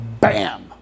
BAM